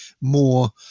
more